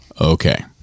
okay